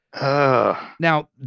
Now